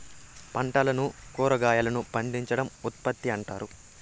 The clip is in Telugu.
పంటలను కురాగాయలను పండించడం ఉత్పత్తి అంటారు